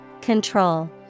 Control